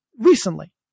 recently